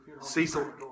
Cecil